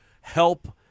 help